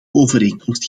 overeenkomst